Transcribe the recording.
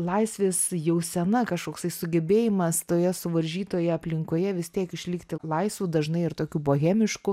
laisvės jausena kažkoks tai sugebėjimas toje suvaržytoje aplinkoje vis tiek išlikti laisvu dažnai ir tokiu bohemišku